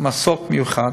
מסוק מיוחד,